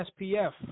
SPF